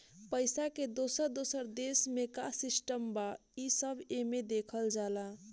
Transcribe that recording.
पइसा के दोसर दोसर देश मे का सिस्टम बा, ई सब एमे देखल जाला